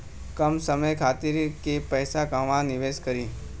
कम समय खातिर के पैसा कहवा निवेश करि?